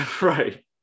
Right